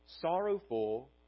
Sorrowful